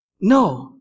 No